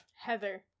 Heather